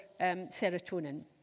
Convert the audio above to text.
serotonin